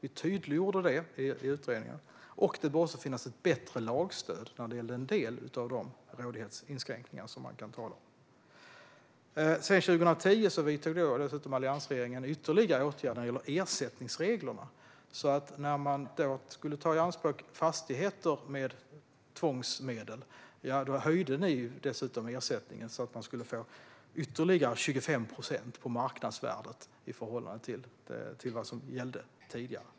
Vi tydliggjorde detta i utredningen. Det bör också finnas ett bättre lagstöd när det gäller en del rådighetsinskränkningar. Sedan vidtog Alliansregeringen år 2010 ytterligare åtgärder när det gäller ersättningsreglerna. Om fastigheter skulle tas i anspråk med tvångsmedel höjde ni ersättningen så att man skulle få ytterligare 25 procent av marknadsvärdet i förhållande till vad som gällde tidigare.